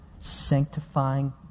sanctifying